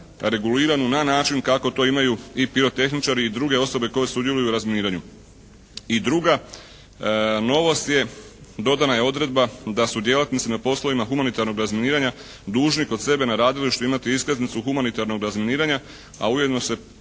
regulirano na način kako to imaju i pirotehničari i druge osobe koje sudjeluju u razminiranju. I druga novost je, dodana je odredba da su djelatnici na poslovima humanitarnog razminiranja dužni kod sebe na radilištu imati iskaznicu humanitarnog razminiranja a ujedno su